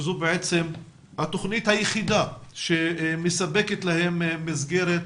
שזו בעצם התוכנית היחידה שמספקת להם מסגרת